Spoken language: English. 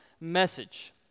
message